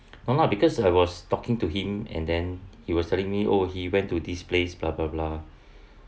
no lah because I was talking to him and then he was telling me oh he went to this place blah blah blah